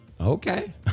Okay